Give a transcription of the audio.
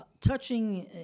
touching